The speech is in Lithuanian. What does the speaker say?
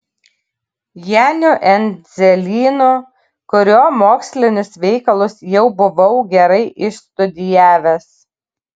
janiu endzelynu kurio mokslinius veikalus jau buvau gerai išstudijavęs